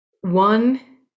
One